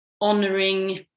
honoring